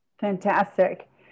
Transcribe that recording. Fantastic